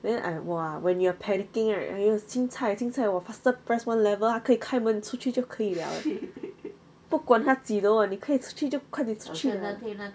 then I !wah! when you are panicking right !aiyo! cincai cincai !wah! faster press one level ah 可以开门出去就可以 liao 不管他几楼你可以出去就快点出去 liao